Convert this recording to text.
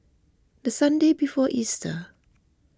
the Sunday before Easter